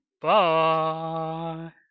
Bye